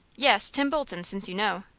yes, tim bolton, since you know.